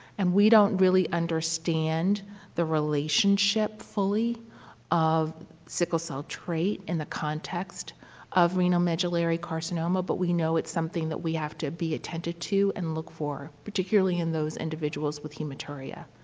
and we don't really understand the relationship fully of sickle cell trait in the context of renal medullary carcinoma, but we know it's something that we have to be attentive to and look for, particularly in those individuals with hematuria.